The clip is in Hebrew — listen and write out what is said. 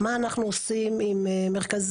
מה אנחנו עושים עם מרכזי,